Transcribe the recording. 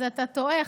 אז אתה טועה,